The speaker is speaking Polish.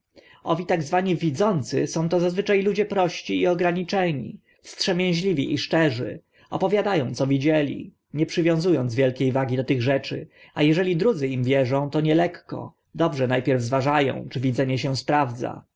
owi tak zwani widzący są to zazwycza ludzie prości i ograniczeni wstrzemięźliwi i szczerzy opowiada ą co widzieli nie przywiązu ąc wielkie wagi do tych rzeczy a eśli drudzy im wierzą to nie na lekko dobrze pierwe zważa ą czy widzenie się sprawdza